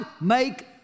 make